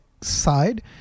side